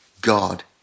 God